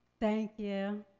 thank you!